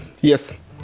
Yes